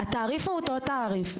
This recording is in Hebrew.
התעריף הוא אותו תעריף.